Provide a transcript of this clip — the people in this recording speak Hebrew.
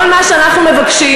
כל מה שאנחנו מבקשים,